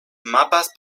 mapas